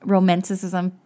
Romanticism